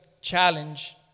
challenge